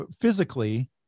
physically